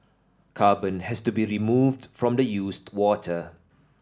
carbon has to be removed from the used water